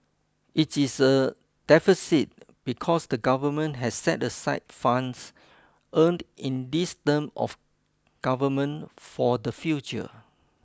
it is a deficit because the government has set aside funds earned in this term of government for the future